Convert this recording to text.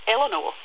Eleanor